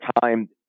time